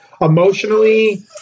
emotionally